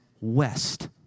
west